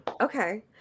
okay